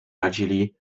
radzili